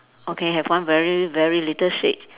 okay have one very very little shade